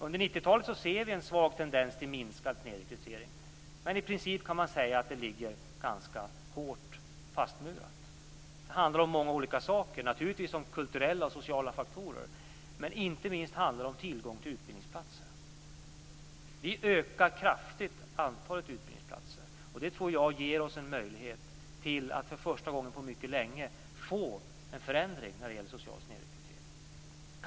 Under 90-talet ser vi en svag tendens till minskad snedrekrytering, men i princip kan man säga att det ligger ganska hårt fastmurat. Det handlar om många olika saker - naturligtvis om kulturella och sociala faktorer - men inte minst handlar det om tillgång till utbildningsplatser. Vi ökar kraftigt antalet utbildningsplatser, och det tror jag ger oss en möjlighet att för första gången på mycket länge få en förändring när det gäller social snedrekrytering.